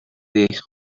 eich